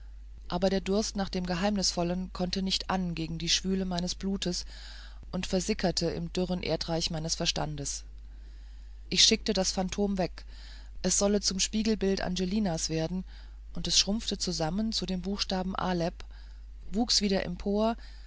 aber der durst nach dem geheimnisvollen konnte nicht an gegen die schwüle meines blutes und versickerte im dürren erdreich meines verstandes ich schickte das phantom weg es solle zum spiegelbild angelinas werden und es schrumpfte zusammen zu dem buchstaben aleph wuchs wieder empor